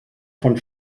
von